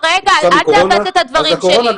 אז הקורונה --- אל תעוות את הדברים שלי.